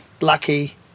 lucky